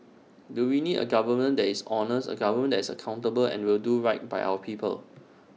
do we need A government that is honest A government that is accountable and will do right by our people